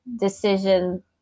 decision